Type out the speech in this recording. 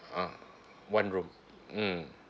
ah one room mmhmm